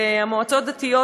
והמועצות הדתיות,